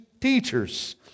teachers